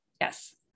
Yes